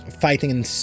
fighting